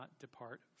depart